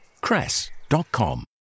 cress.com